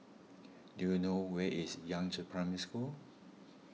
do you know where is Yangzheng Primary School